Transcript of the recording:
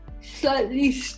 slightly